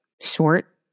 short